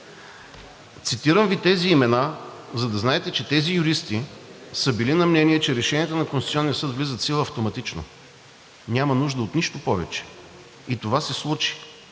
Цитирам Ви тези имена, за да знаете, че тези юристи са били на мнение, че решенията на Конституционния съд влизат в сила автоматично, няма нужда от нищо повече и това се случи.